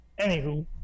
Anywho